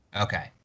Okay